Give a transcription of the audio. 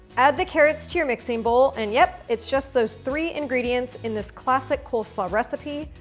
add the carrots to your mixing bowl and, yep, it's just those three ingredients in this classic coleslaw recipe,